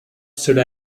should